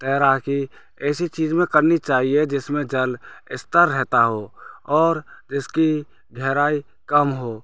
तैराकी ऐसे चीज में करनी चाहिए जिसमें जल स्थिर रहता हो और जिसकी गहराई कम हो और